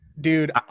dude